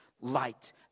light